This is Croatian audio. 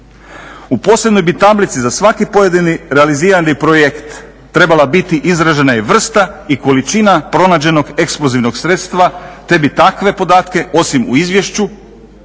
U posebnoj bi tablici za svaki pojedini realizirani projekt trebala biti izražena i vrsta i količina pronađenog eksplozivnog sredstva te bi takve podatke osim u izvješću